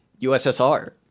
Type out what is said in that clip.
USSR